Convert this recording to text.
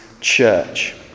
church